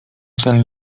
ten